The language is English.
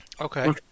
Okay